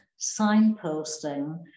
signposting